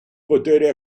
potere